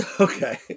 Okay